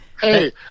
Hey